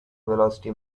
velocity